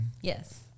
Yes